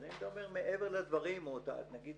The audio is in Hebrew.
אבל אני מדבר מעבר לדברים או נגיד